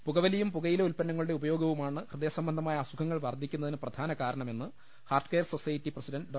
പുകവലിയും പുകയില ഉൽപ്പന്നങ്ങളുടെ ഉപയോഗ വുമാണ് ഹൃദയസംബന്ധമായ അസുഖങ്ങൾ വർധിക്കു ന്നതിന് പ്രധാനകാരണമെന്ന് ഹാർട്ട് കെയർ സൊസൈറ്റി പ്രസിഡണ്ട് ഡോ